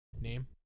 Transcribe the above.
Name